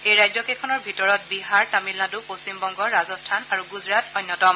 এই ৰাজ্যকেইখনৰ ভিতৰত বিহাৰ তামিলনাডু পশ্চিমবংগ ৰাজস্থান আৰু গুজৰাট অন্যতম